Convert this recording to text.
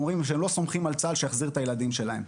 אומרות שלא סומכות על צה"ל שיחזיר את הילדים שלהן.